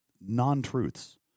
non-truths